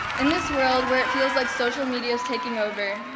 in this world where it feels like social media is taking over,